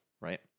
right